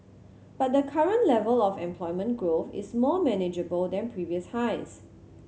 but the current level of employment growth is more manageable than previous highs